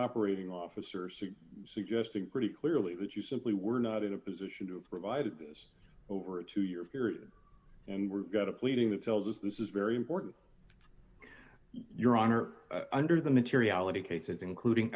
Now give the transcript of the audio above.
operating officers suggesting pretty clearly that you simply were not in a position to provide this over a two year period and we've got a pleading that tells us this is very important your honor under the materiality cases including